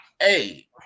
Hey